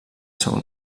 seu